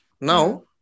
now